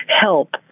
help